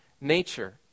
nature